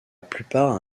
plupart